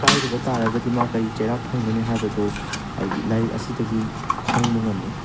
ꯀꯥꯏꯔꯨꯕ ꯇꯥꯔꯒꯗꯤ ꯃꯥ ꯀꯔꯤ ꯆꯩꯔꯥꯛ ꯐꯪꯒꯅꯤ ꯍꯥꯏꯕꯗꯨ ꯍꯥꯏꯗꯤ ꯂꯥꯏꯔꯤꯛ ꯑꯁꯤꯗꯒꯤ ꯈꯪꯕ ꯉꯝꯃꯤ